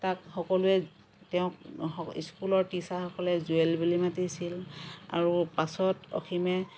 তাক সকলোৱে তেওঁক স্কুলৰ টিচাৰসকলে জুৱেল বুলি মাতিছিল আৰু পাছত অসীমে